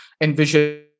Envision